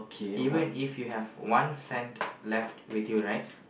even if you have one cent left with you right